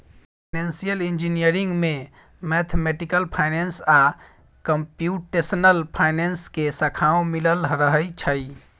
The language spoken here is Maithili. फाइनेंसियल इंजीनियरिंग में मैथमेटिकल फाइनेंस आ कंप्यूटेशनल फाइनेंस के शाखाओं मिलल रहइ छइ